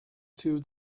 two